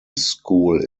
school